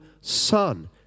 son